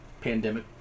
pandemic